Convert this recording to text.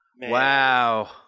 Wow